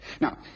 Now